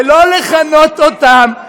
ולא לכנות אותם,